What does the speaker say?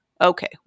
okay